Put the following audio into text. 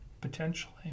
Potentially